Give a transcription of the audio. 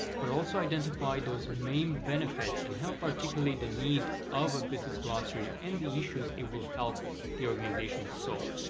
but also identify those main benefits and help articulate the need of a business glossary and the issues it will help the organization solve.